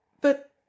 But